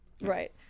Right